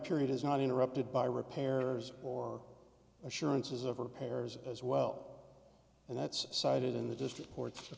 period is not interrupted by repairers or assurances of repairs as well and that's cited in the district court